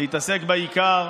להתעסק בעיקר.